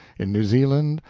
in new zealand,